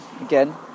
again